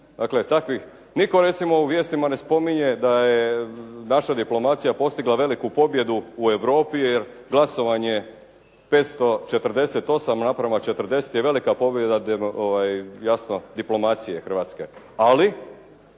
Dakle, takvih, nitko recimo u vijestima ne spominje da je naša diplomacija postigla veliku pobjedu u Europi jer glasovanje 548:40 je velika pobjeda jasno diplomacije Hrvatske ali